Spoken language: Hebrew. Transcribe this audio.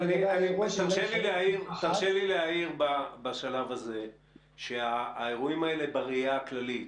תרשה לי להעיר בשלב הזה שהאירועים האלה בראייה הכללית,